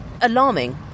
Alarming